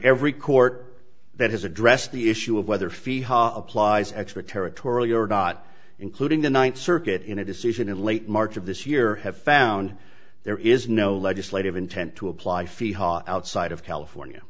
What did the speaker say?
every court that has addressed the issue of whether fee applies extraterritorial your dot including the ninth circuit in a decision in late march of this year have found there is no legislative intent to apply feet outside of california